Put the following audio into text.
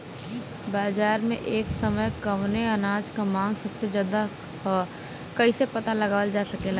बाजार में एक समय कवने अनाज क मांग सबसे ज्यादा ह कइसे पता लगावल जा सकेला?